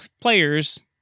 players